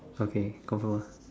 okay confirm ah